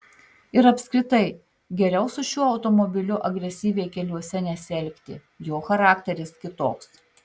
ir apskritai geriau su šiuo automobiliu agresyviai keliuose nesielgti jo charakteris kitoks